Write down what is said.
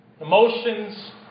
emotions